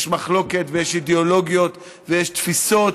יש מחלוקת ויש אידיאולוגיות ויש תפיסות,